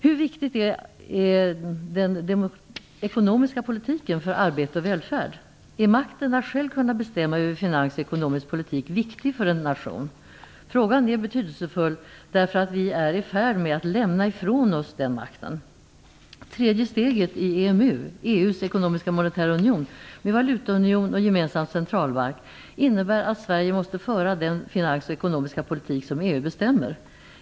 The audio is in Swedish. Hur viktig är den ekonomiska politiken för arbete och välfärd? Är makten att själv kunna bestämma över finanspolitik och ekonomisk politik viktig för en nation? Frågan är betydelsefull därför att vi är i färd med att lämna ifrån oss den makten. Tredje steget i EMU, EU:s ekonomiska och monetära union, med valutaunion och gemensam centralbank, innebär att Sverige måste föra den finanspolitik och ekonomiska politik som EU bestämmer.